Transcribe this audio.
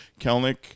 Kelnick